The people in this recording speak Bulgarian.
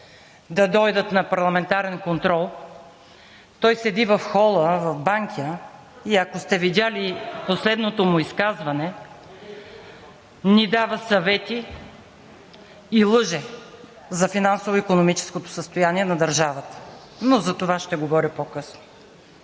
да дойдат на парламентарен контрол, той седи в хола в Банкя. И ако сте видели последното му изказване, ни дава съвети и лъже за финансово-икономическото състояние на държавата. Но за това ще говоря по-късно.